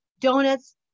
donuts